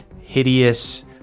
Hideous